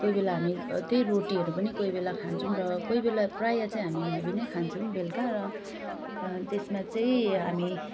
कोही बेला हामी त्यो रोटीहरू पनि कोही बेला खान्छौँ र कोई बेला प्राय चाहिँ हामी हेभी नै खान्छौँ बेलका र त्यसमा चाहिँ हामी